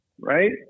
Right